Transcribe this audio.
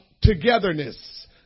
togetherness